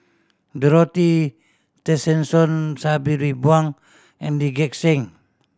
Dorothy Tessensohn Sabri Buang and Lee Gek Seng